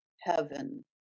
heaven